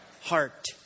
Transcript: heart